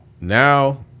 now